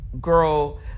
girl